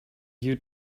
you